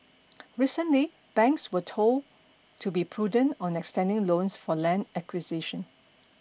recently banks were told to be prudent on extending loans for land acquisition